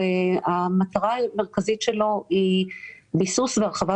המטרה המרכזית של המשרד שלנו היא ביסוס והרחבת